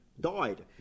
died